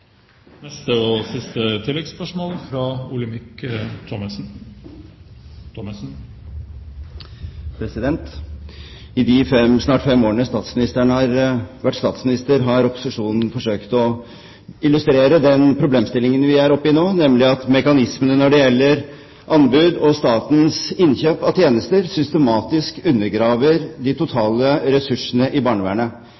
Olemic Thommessen – til oppfølgingsspørsmål. I de snart fem årene statsministeren har vært statsminister, har opposisjonen forsøkt å illustrere den problemstillingen vi er oppe i nå, nemlig at mekanismene når det gjelder anbud og statens innkjøp av tjenester, systematisk undergraver de